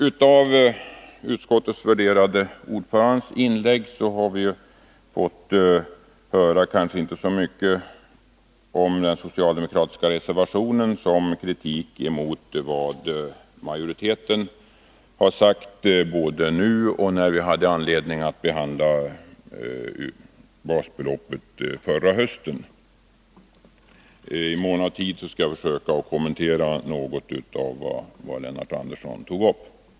Genom utskottets värderade ordförandes inlägg har vi fått höra kanske inte så mycket om den socialdemokratiska reservationen som kritik mot vad majoriteten har sagt, både nu och när vi hade anledning att behandla basbeloppet förra hösten. I mån av tid skall jag försöka kommentera något av vad Lennart Andersson tog upp.